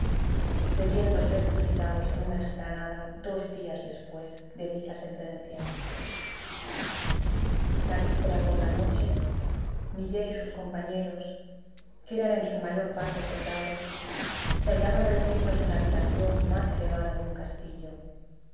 debiendo ser fusilados en una explanada dos días después de dicha sentencia la víspera por la noche miguel y sus compañeros que eran en su mayor parte soldados se hallaban reunidos en la habitación más elevada de un castillo